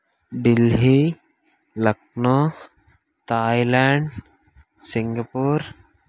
Delhi Lucknow Thailand Singapore